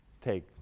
take